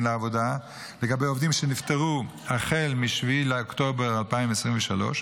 לעבודה לגבי עובדים שנפטרו החל מ-7 באוקטובר 2023,